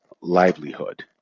livelihood